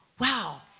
Wow